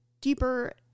deeper